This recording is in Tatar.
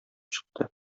чыкты